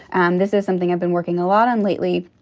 and this is something i've been working a lot on lately.